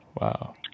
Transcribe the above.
Wow